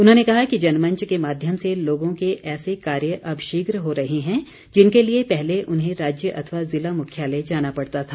उन्होंने कहा कि जनमंच के माध्यम से लोगों के ऐसे कार्य अब शीघ्र हो रहे हैं जिनके लिए पहले उन्हें राज्य अथवा जिला मुख्यालय जाना पड़ता था